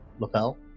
lapel